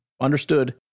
Understood